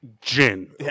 gin